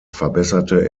verbesserte